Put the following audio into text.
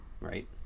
Right